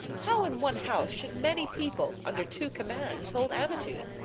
how in one house should many people, under two commands, hold amity?